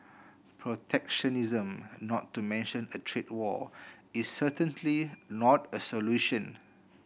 protectionism not to mention a trade war is certainly not a solution